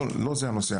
לא זה הנושא,